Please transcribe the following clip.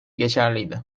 geçerliydi